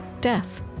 death